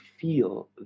feel